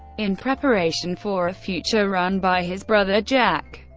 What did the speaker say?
in preparation for a future run by his brother, jack.